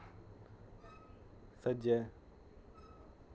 सज्जै